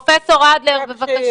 לפני הכול,